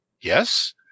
yes